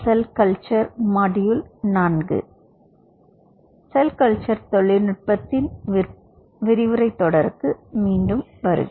செல் culture தொழில்நுட்பத்தின் விரிவுரைத் தொடருக்கு மீண்டும் வருக